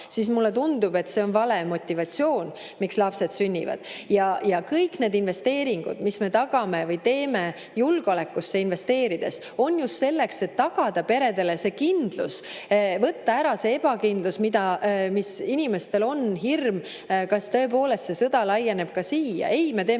raha. Mulle tundub, et see on vale motivatsioon, miks lapsed sünnivad. Ja kõik need investeeringud, mis me tagame või teeme julgeolekusse investeerides, on just selleks, et tagada peredele see kindlus, võtta ära ebakindlus, mis inimestel on, hirm, kas tõepoolest see sõda laieneb ka siia. Ei, me teeme